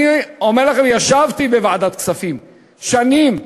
אני אומר לכם, ישבתי בוועדת הכספים שנים,